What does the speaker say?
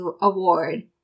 award